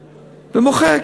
ומוחק,